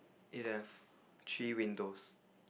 it have three windows